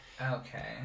Okay